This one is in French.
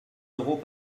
euros